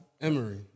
Emory